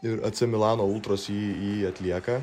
ir acemilano ultros jį jį atlieka